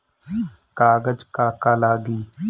कागज का का लागी?